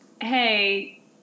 hey